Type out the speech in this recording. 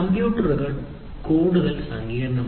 കമ്പ്യൂട്ടറുകൾ കൂടുതൽ സങ്കീർണ്ണമായി